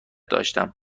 داشتم